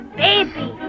baby